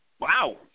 wow